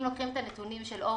אם לוקחים את הנתונים של אוגוסט,